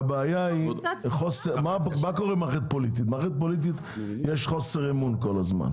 מה שקורה במערכת פוליטית זה שכל הזמן יש חוסר אמון.